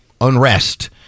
unrest